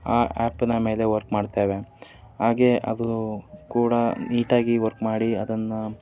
ಆ ಆ್ಯಪ್ನ ಮೇಲೆ ವರ್ಕ್ ಮಾಡ್ತೇವೆ ಹಾಗೆಯೇ ಅದು ಕೂಡ ನೀಟಾಗಿ ವರ್ಕ್ ಮಾಡಿ ಅದನ್ನು